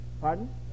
Pardon